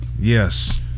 Yes